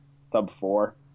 sub-four